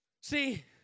See